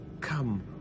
come